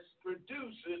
produces